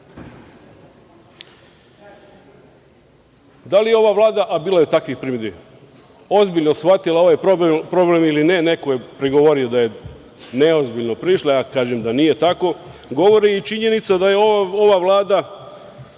li je ova Vlada, a bilo je takvih primedbi, ozbiljno shvatila ovaj problem ili ne, neko je prigovorio da je neozbiljno prišla, ja kažem da nije tako, govori i činjenica da je ova Vlada